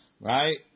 right